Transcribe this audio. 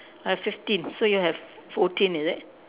I have fifteen so you have fourteen is it